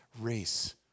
race